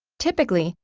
typically,